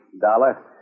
Dollar